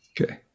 Okay